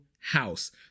house